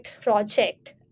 project